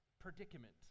predicament